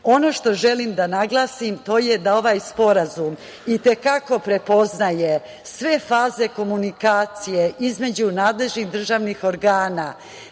što želim da naglasim, to je da ovaj sporazum i te kako prepoznaje sve faze komunikacije između nadležnih državnih organa